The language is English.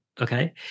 okay